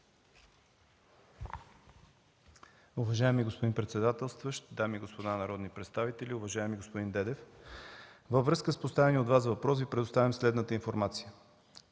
Уважаеми господин председателстващ, дами и господа народни представители! Уважаеми господин Монев, във връзка с поставения от Вас въпрос, представям следната информация.